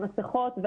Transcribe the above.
מסיכות,